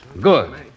Good